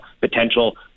potential